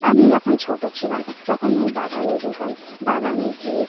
আমি যখন ছোটো ছিলাম তখন ওই বাগানে যেতাম বাগানে যেয়ে